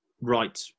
Right